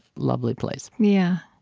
lovely place yeah